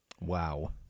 wow